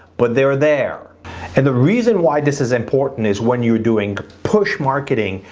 but they are there and the reason why this is important is when you're doing push marketing.